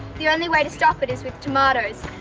the only way to stop it is with tomatoes.